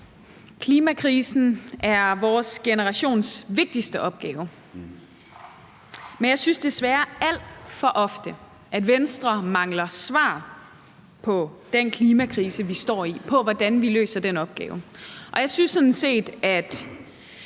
Klimakrisen er vores generations vigtigste opgave, men jeg synes desværre alt for ofte, at Venstre mangler svar på, hvordan vi løser den opgave, som klimakrisen stiller. Jeg synes sådan set, at